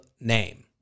name